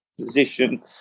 position